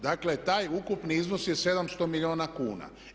Dakle, taj ukupni iznos je 700 milijuna kuna.